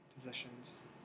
positions